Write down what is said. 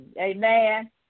Amen